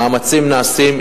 מאמצים נעשים.